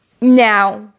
Now